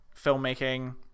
filmmaking